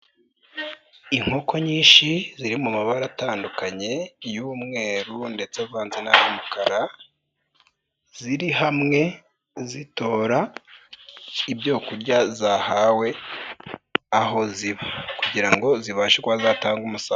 Inkoko nyinshi ziri mu mabara atandukanye y'umweru ndetse avanze n'y'umukara, ziri hamwe zitora ibyo kurya zahawe aho ziba kugira ngo zibashe kuba zatanga umusaro.